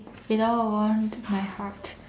you know warmed my heart